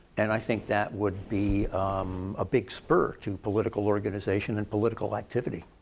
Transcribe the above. and i think that would be a big spur to political organization and political activity.